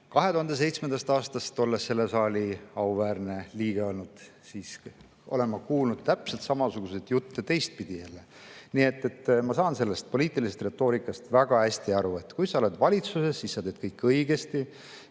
2007. aastast selle saali auväärne liige, olen ma kuulnud täpselt samasuguseid jutte teistpidi. Nii et ma saan sellest poliitilisest retoorikast väga hästi aru: kui sa oled valitsuses, siis sa teed kõik õigesti,